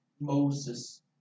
Moses